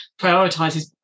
prioritises